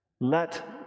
Let